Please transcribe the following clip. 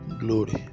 Glory